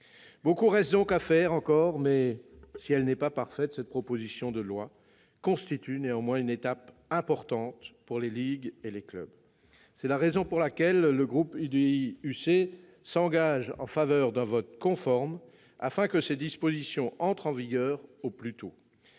Beaucoup reste encore à faire. Si elle n'est pas parfaite, cette proposition de loi constitue toutefois une étape importante pour les ligues et les clubs. C'est la raison pour laquelle le groupe de l'UDI-UC s'engage en faveur d'un vote conforme : il faut que ces dispositions entrent en vigueur au plus tôt.